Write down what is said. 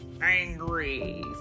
angry